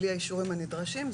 בלי האישורים הנדרשים,